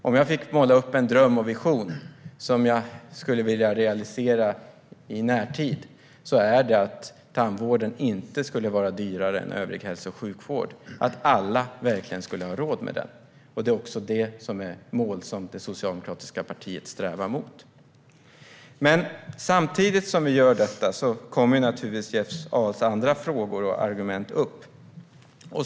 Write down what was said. Om jag får måla upp en dröm och vision som jag skulle vilja realisera i närtid är det att tandvården inte skulle vara dyrare än övrig hälso och sjukvård och att alla verkligen skulle ha råd med den. Detta är också det mål som det socialdemokratiska partiet strävar mot. Men samtidigt som vi gör detta kommer naturligtvis Jeff Ahls andra frågor och argument upp.